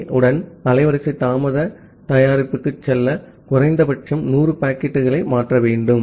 B உடன் அலைவரிசை தாமத தயாரிப்புக்குச் செல்ல குறைந்தபட்சம் 100 பாக்கெட்டுகளை மாற்ற வேண்டும்